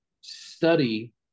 study